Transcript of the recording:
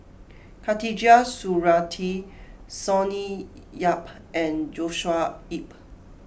Khatijah Surattee Sonny Yap and Joshua Ip